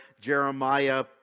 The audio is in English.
Jeremiah